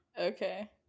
Okay